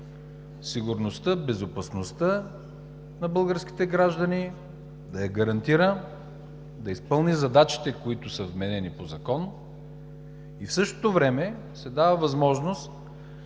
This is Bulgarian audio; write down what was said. сигурността, безопасността на българските граждани, да я гарантира, да изпълни задачите, които са вменени по закон. В същото време се дава възможност